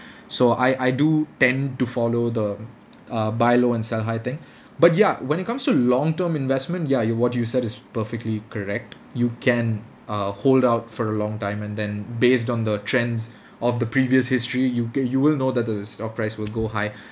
so I I do tend to follow the uh buy low and sell high thing but ya when it comes to long term investment ya you what you said is perfectly correct you can uh hold out for a long time and then based on the trends of the previous history you get you will know that the stock price will go high